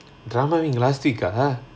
dramaing last week ah !huh!